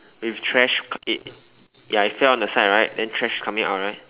with trash it ya it fell on the side right and trash coming out right